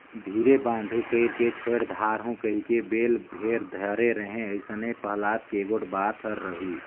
धीरे बांधे कइरके छोएड दारहूँ कहिके बेल भेर धरे रहें अइसने पहलाद के गोएड बात हर रहिस